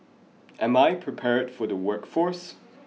am I prepared for the workforce